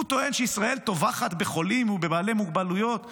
הוא טוען שישראל טובחת בחולים ובעלי מוגבלויות וילדים.